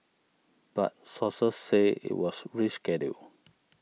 but sources said it was rescheduled